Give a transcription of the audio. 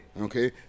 Okay